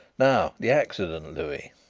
now the accident, louis.